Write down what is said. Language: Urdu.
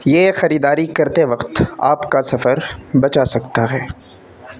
یہ خریداری کرتے وقت آپ کا سفر بچا سکتا ہے